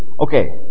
okay